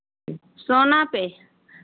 सोना पर